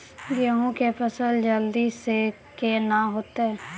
गेहूँ के फसल जल्दी से के ना होते?